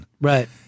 Right